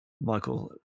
Michael